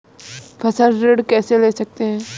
फसल ऋण कैसे ले सकते हैं?